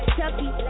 Chucky